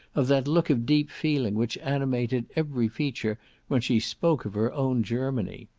of that look of deep feeling which animated every feature when she spoke of her own germany!